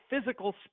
physical